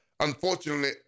Unfortunately